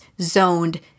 zoned